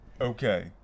okay